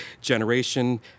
generation